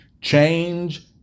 Change